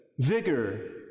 vigor